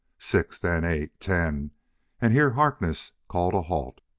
six, then eight ten and here harkness called a halt.